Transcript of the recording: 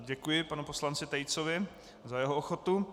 Děkuji panu poslanci Tejcovi za jeho ochotu.